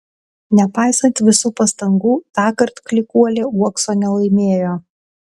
nepaisant visų pastangų tąkart klykuolė uokso nelaimėjo